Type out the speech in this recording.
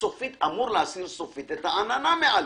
אמור להסיר סופית את העננה מעליך.